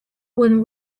when